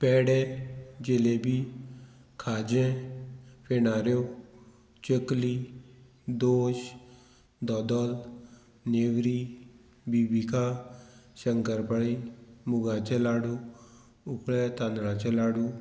पेडे जेलेबी खाजें फेणाऱ्यो चकली दोश दोदोल नेवरी बिबिका शंकरपाळी मुगाचे लाडू उकळ्या तांदळाचे लाडू